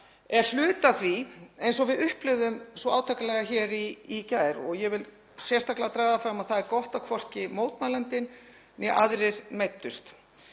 er hluti af því, eins og við upplifðum svo átakanlega hér í gær, og ég vil sérstaklega draga fram að það er gott að hvorki mótmælandinn né aðrir meiddust.